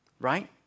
right